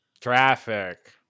Traffic